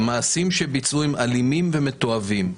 המעשים שביצעו הם אלימים ומתועבים.